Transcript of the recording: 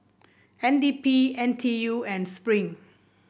N D P N T U and Spring